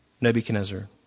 Nebuchadnezzar